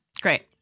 Great